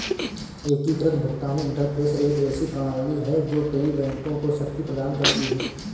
एकीकृत भुगतान इंटरफ़ेस एक ऐसी प्रणाली है जो कई बैंकों को शक्ति प्रदान करती है